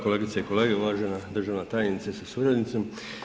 Kolegice i kolege, uvažena državna tajnice sa suradnicom.